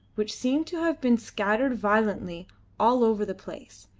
which seemed to have been scattered violently all over the place,